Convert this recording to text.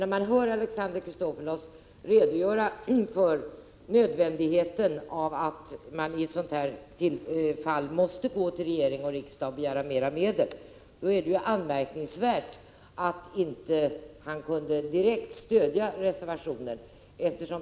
När jag hör Alexander Chrisopoulos redogöra för nödvändigheten av att man i ett sådant här fall måste gå till regering och riksdag och begära mera medel, finner jag det anmärkningsvärt att han inte direkt kunde stödja reservationen.